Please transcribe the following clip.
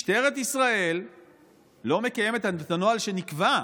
משטרת ישראל לא מקיימת את הנוהל שנקבע.